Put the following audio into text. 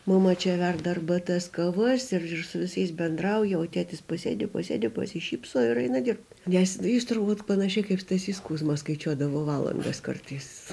mama čia verda arbatas kavas ir su visais bendrauja o tėtis pasėdi pasėdi pasišypso ir eina dirbt nes jis turbūt panašiai kaip stasys kuzma skaičiuodavo valandas kartais